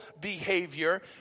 behavior